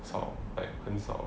sort of like 很少